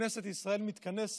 כנסת ישראל מתכנסת